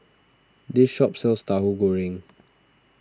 this shop sells Tauhu Goreng